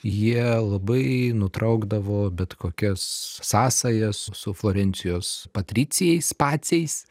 jie labai nutraukdavo bet kokias sąsajas su florencijos patricijais paciais